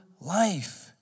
life